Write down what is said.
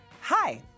Hi